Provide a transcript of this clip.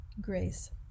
grace